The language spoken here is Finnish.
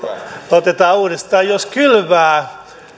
otetaan uudestaan jos kylvää